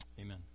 Amen